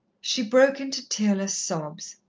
she broke into tearless sobs.